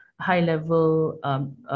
high-level